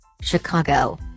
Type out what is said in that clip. Chicago